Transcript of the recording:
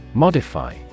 Modify